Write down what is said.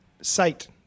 site